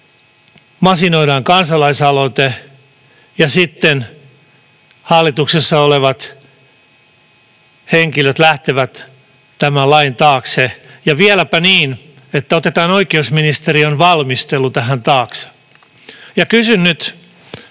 masinoidaan kansalaisaloite, ja sitten hallituksessa olevat henkilöt lähtevät tämän lain taakse ja vieläpä niin, että otetaan oikeusministeriön valmistelu tähän taakse. Kysyn nyt: